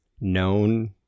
known